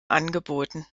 angeboten